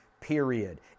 period